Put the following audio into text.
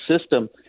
system